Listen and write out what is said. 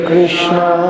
Krishna